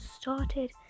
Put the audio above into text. started